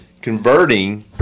converting